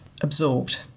absorbed